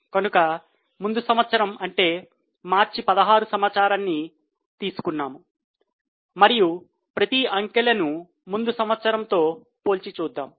కనుక ముందు సంవత్సరం అంటే మార్చి 16 సమాచారాన్ని తీసుకున్నాము మరియు ప్రతి అంకెలను ముందు సంవత్సరంతో పోల్చి చూద్దాం